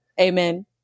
Amen